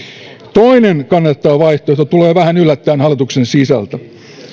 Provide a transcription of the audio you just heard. toinen kannatettava vaihtoehto tulee vähän yllättäen hallituksen sisältä